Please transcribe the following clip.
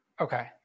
okay